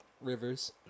Rivers